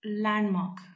landmark